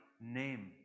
name